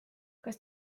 kas